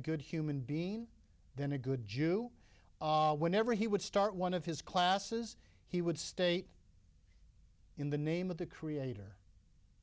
a good human being then a good jew whenever he would start one of his classes he would state in the name of the creator